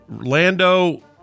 Lando